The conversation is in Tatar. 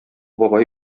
бабай